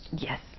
Yes